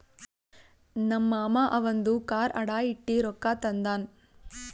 ನಮ್ ಮಾಮಾ ಅವಂದು ಕಾರ್ ಅಡಾ ಇಟ್ಟಿ ರೊಕ್ಕಾ ತಂದಾನ್